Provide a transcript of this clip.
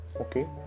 okay